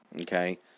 Okay